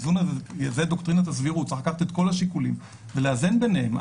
זאת דוקטרינת הזהירות צריך לקחת את כל השיקולים ולאזן ביניהם.